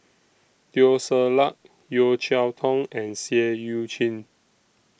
Teo Ser Luck Yeo Cheow Tong and Seah EU Chin